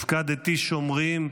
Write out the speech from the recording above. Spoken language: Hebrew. הפקדתי שומרים,